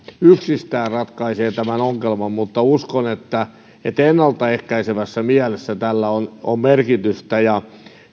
yksistään ratkaisee tämän ongelman mutta uskon että ennalta ehkäisevässä mielessä tällä on on merkitystä ja